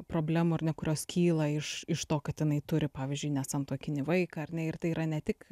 problemų ar ne kurios kyla iš iš to kad jinai turi pavyzdžiui nesantuokinį vaiką ar ne ir tai yra ne tik